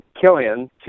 Killian